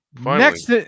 Next